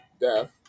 death